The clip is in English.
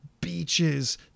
Beaches